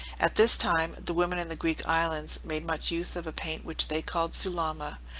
at this time the women in the greek islands make much use of a paint which they call sulama,